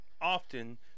often